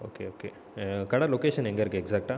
okay okay கடை location எங்கே இருக்குது எக்ஸாக்ட்டாக